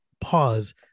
Pause